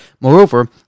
Moreover